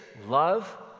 love